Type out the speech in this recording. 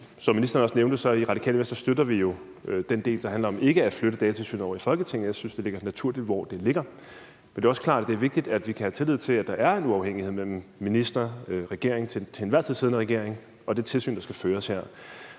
Som ministeren også nævnte, støtter vi i Radikale Venstre den del, der handler om ikke at flytte Datatilsynet over i Folketinget; jeg synes, det ligger naturligt, hvor det ligger. Det er også klart, at det er vigtigt, at vi kan have tillid til, at der er en uafhængighed mellem minister, den til enhver tid siddende regering og det tilsyn, der skal føres her.